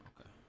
okay